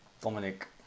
Dominic